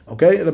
Okay